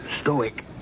Stoic